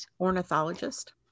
ornithologist